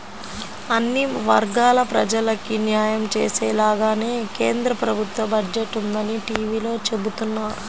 అన్ని వర్గాల ప్రజలకీ న్యాయం చేసేలాగానే కేంద్ర ప్రభుత్వ బడ్జెట్ ఉందని టీవీలో చెబుతున్నారు